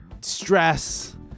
stress